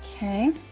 Okay